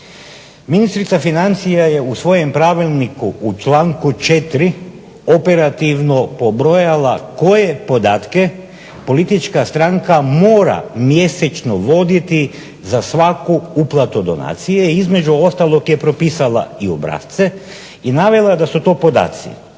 Ministrica financija je u svojem Pravilniku u članku 4. operativno pobrojala koje podatke politička stranka mora mjesečno voditi za svaku uplatu donacije. Između ostalog je propisala i obrasce i navela da su to podaci,